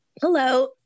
Hello